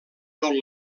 tot